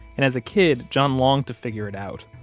and as a kid, john longed to figure it out,